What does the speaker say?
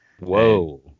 Whoa